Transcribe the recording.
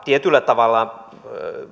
tietyllä tavalla